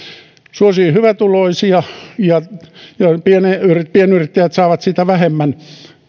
suosii hyvätuloisia ja pienyrittäjät saavat sitä vähemmän